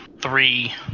three